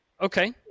Okay